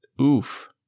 Oof